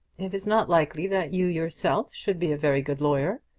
it is not likely that you yourself should be a very good lawyer.